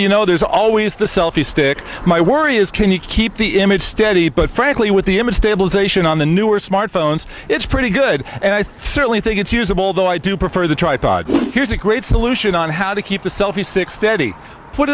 you know there's always the selfie stick my worry is can you keep the image steady but frankly with the image stabilization on the newer smartphones it's pretty good and i certainly think it's usable though i do prefer the tripod here's a great solution on how to keep the selfie six steady put